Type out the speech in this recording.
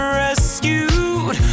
rescued